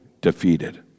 defeated